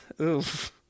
Oof